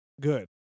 good